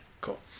Cool